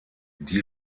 die